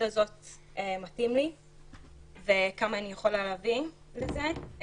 הזה מתאים לי וכמה אני יכולה להבין בזה.